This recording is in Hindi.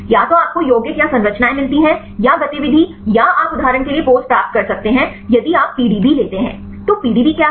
या तो आपको यौगिक या संरचनाएं मिलती हैं या गतिविधि या आप उदाहरण के लिए pose प्राप्त कर सकते हैं यदि आप पीडीबी लेते हैं तो पीडीबी क्या है